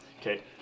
Okay